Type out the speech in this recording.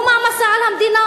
הוא מעמסה על המדינה,